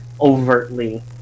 overtly